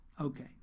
Okay